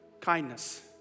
Kindness